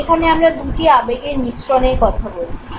এখানে আমরা দুটি আবেগের মিশ্রণের কথা বলছি